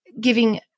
giving